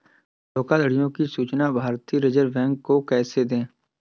धोखाधड़ियों की सूचना भारतीय रिजर्व बैंक को कैसे देंगे?